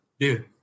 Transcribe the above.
Dude